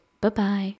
Bye-bye